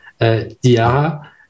Diara